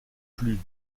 plus